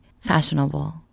fashionable